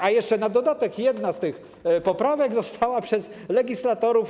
A jeszcze na dodatek jedna z tych poprawek została przez legislatorów.